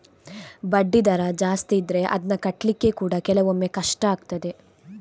ಬಡ್ಡಿ ದರ ಜಾಸ್ತಿ ಇದ್ರೆ ಅದ್ನ ಕಟ್ಲಿಕ್ಕೆ ಕೂಡಾ ಕೆಲವೊಮ್ಮೆ ಕಷ್ಟ ಆಗ್ತದೆ